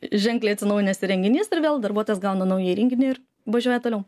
ženkliai atsinaujinęs renginys ir vėl darbuotojas gauna naują įrenginį ir važiuoja toliau